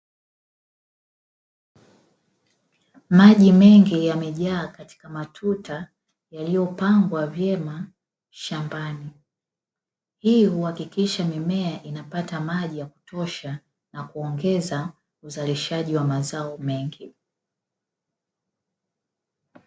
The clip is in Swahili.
Maji mengi yamejaa katika matuta yaliyopangwa vyema shambani. Hii huhakikisha mimea inapata maji ya kutosha na kuongeza uzalishaji wa mazao mengi.